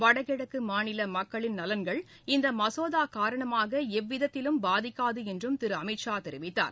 வடகிழக்கு மாநில மக்களின் நலன்கள் இந்த மசோதா காரணமாக எவ்விதத்திலும் பாதிக்காது என்றும் திரு அமித் ஷா தெரிவித்தார்